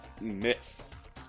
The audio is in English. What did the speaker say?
Miss